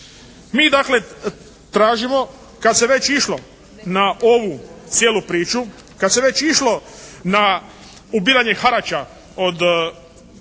Mi dakle tražimo kad se već išlo na ovu cijelu priču, kad se već išlo na ubiranje harača od